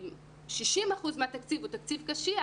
שם 60 אחוזים מהתקציב הוא תקציב קשיח